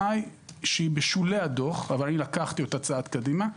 שהיא בשולי הדוח אבל אני לקחתי אותה צעד קדימה,